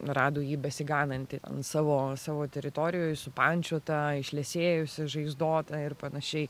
rado jį besiganantį ant savo savo teritorijoj supančiotą išliesėjusį žaizdotą ir panašiai